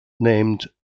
named